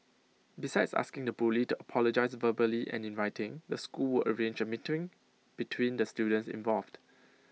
besides asking the bully to apologise verbally and in writing the school arrange A meeting between the students involved